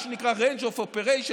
מה שנקרא range of operation,